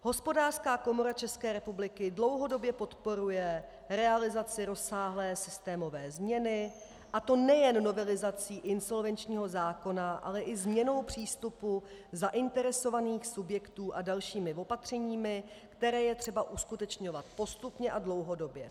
Hospodářská komora České republiky dlouhodobě podporuje realizaci rozsáhlé systémové změny, a to nejen novelizací insolvenčního zákona, ale i změnou přístupu zainteresovaných subjektů a dalšími opatřeními, která je třeba uskutečňovat postupně a dlouhodobě.